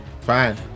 fine